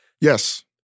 Yes